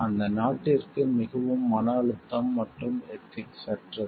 அந்த நாட்டிற்கு மிகவும் மன அழுத்தம் மற்றும் எதிக்ஸ்யற்றது